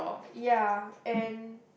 ya and